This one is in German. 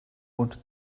und